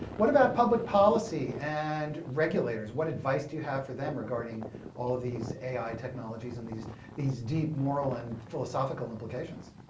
what about public policy and regulators? what advice do you have for them regarding all of these ai technologies and these these deep moral and philosophical implications?